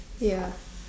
ya